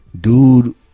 dude